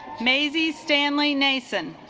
maisy stanley nason